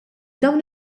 dawn